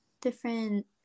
different